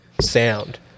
sound